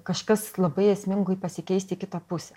kažkas labai esmingui pasikeist į kitą pusę